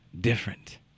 different